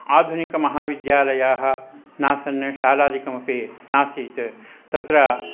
आधुनिकमहाविद्यालयाः नासन् शालादिकमपि नासीत् तत्र